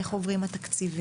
איך עוברים התקציבים?